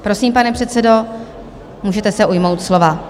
Prosím, pane předsedo, můžete se ujmout slova.